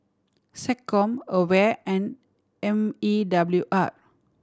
SecCom AWARE and M E W R